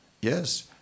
yes